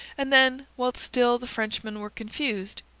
and then whilst still the frenchmen were confused,